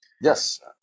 Yes